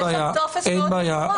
יש שם טופס --- אין בעיה.